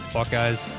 Buckeyes